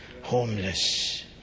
homeless